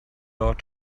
ought